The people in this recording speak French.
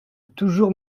toujours